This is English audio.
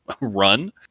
run